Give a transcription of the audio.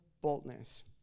boldness